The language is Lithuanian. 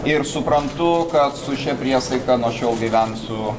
ir suprantu kad su šia priesaika nuo šiol gyvensiu